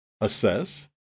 assess